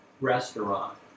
restaurant